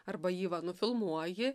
arba jį va nufilmuoji